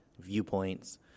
viewpoints